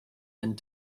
and